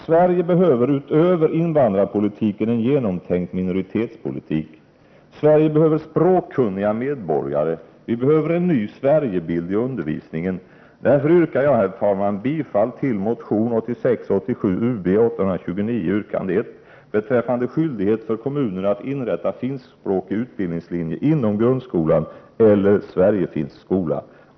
Sverige behöver utöver invandrarpolitiken en genomtänkt minoritetspolitik. Sverige behöver språkkunniga medborgare, vi behöver en ny Sverigebild i undervisningen. Därför yrkar jag, herr talman, bifall till motion 1986/87:Ub829 yrkande 1 beträffande skyldigheten för kommuner att inrätta finskspråkig utbildningslinje inom grundskolan eller Sverigefinsk skola.